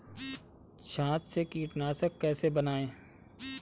छाछ से कीटनाशक कैसे बनाएँ?